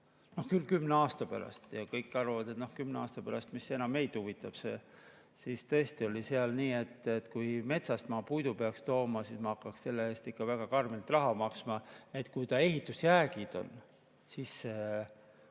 – küll kümne aasta pärast ja kõik arvavad, et noh kümne aasta pärast, mis see enam meid huvitab –, siis tõesti oli seal nii, et kui ma metsast puidu peaks tooma, siis ma hakkaksin selle eest väga karmilt raha maksma. Kui ehitusjäägid on, siis